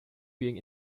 being